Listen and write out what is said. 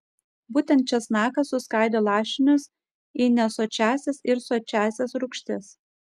būtent česnakas suskaido lašinius į nesočiąsias ir sočiąsias rūgštis